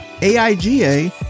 AIGA